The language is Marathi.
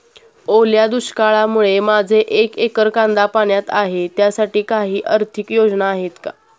ओल्या दुष्काळामुळे माझे एक एकर कांदा पाण्यात आहे त्यासाठी काही आर्थिक योजना आहेत का?